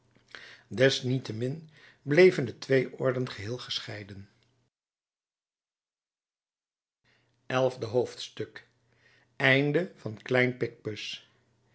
desniettemin bleven de twee orden geheel gescheiden elfde hoofdstuk einde van